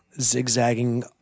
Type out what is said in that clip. zigzagging